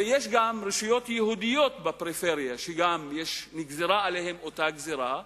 ויש גם רשויות יהודיות בפריפריה שנגזרה עליהן אותה גזירה,